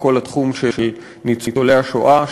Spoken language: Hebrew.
בכל התחום של ניצולי השואה,